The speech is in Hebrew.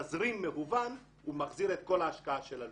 בתזרים מהוון הוא מחזיר את כל ההשקעה של הלול.